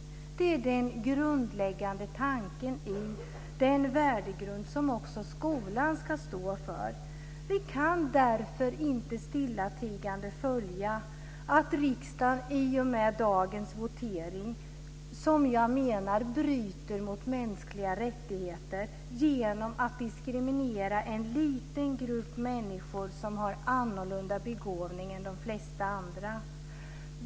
Det är den grundläggande tanken i den värdegrund som också skolan ska stå för. Vi kan därför inte stillatigande följa att riksdagen enligt vår mening i och med dagens votering bryter mot mänskliga rättigheter genom att diskriminera en liten grupp människor som har annorlunda begåvning än de flesta andra.